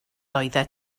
oeddet